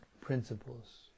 principles